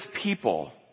people